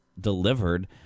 delivered